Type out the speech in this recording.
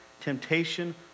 temptation